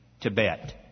Tibet